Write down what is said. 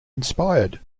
inspired